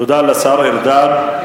תודה לשר ארדן.